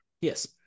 yes